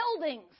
buildings